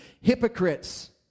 hypocrites